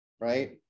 right